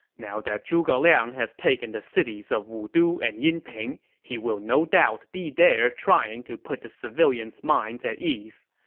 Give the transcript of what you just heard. now that zhuge liang has taken the cities of wudu and yinping, he will no doubt be there trying to put the civilians' minds at ease.